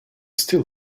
steal